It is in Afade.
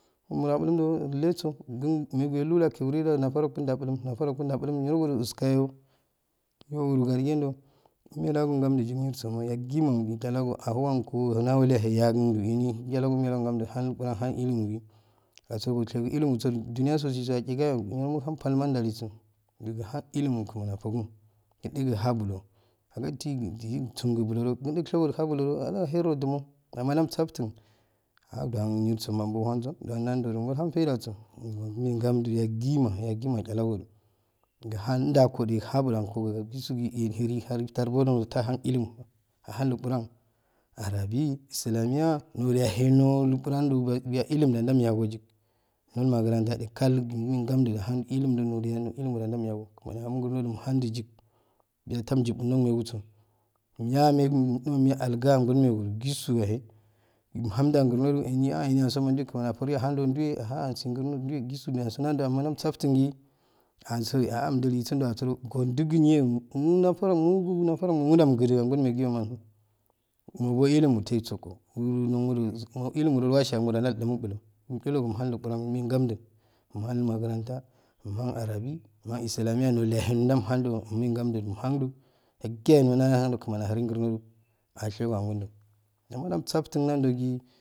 Muja cebulumju ileso gmugaiete lekke wure ja nafareku je bulum nafareku je bulum nuro niro iskoyo ipuro ajegenjo umelega gam ju ginir soma uggima mulchlag auuwako na laye yao- yggutu we chalggo umelaga gamn ju han laquran una illimugi asoro ilimusujo juniyaso shuso ashigoyo muhan talma juliso mahan ilimu gmani afokn kinye muhan bulo tumo amma jamsaftan aun jonso nurso bohansu nanju to bal han fajaso umewe gamjo yakima yakima machalago ju gahan jigo ha gohngo ju jusoje har tarboje mata han ilinuahan inquran aabi isaairya niroyaye nul inquran biya biya ilimu ja jamy a koyik nul makanta ya kal gumeye gamjuji anan ilimu a nulayeyay ilunu ja jamyago kmani alimo ju grnoju mullam juyik biya tamji bunomigi so umya megi alga akun megi juso yaye buham jaru ahh ehni ahu ehni anso muju gmani afam ahanduduwe aha ansi grno ki joweki jusojk josonando jam sartinki anso aa umjuli sundo asuro koun digi niyo muja imgide angol narareyoma mubo ilumutai soko wuri nummogo ilumn jo wasi jeja jaijimu bulum umhan inquran umaiganju umhan magran ta umhan magranta umuan arebi umuan islamiyya niroyayi ru ummehin gamju muhamju yakiyaye no jananju kmani ahamo grnoo- ashego agunjo amma tamsam tun nanjoje ki.